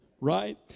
right